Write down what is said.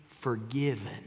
forgiven